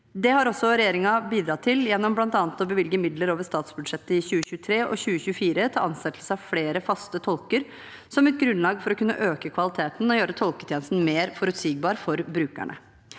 Det har også regjeringen bidratt til gjennom bl.a. å bevilge midler over statsbudsjettet i 2023 og 2024 til ansettelse av flere faste tolker som et grunnlag for å kunne øke kvaliteten og gjøre tolketjenesten mer forutsigbar for brukerne.